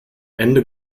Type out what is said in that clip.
ende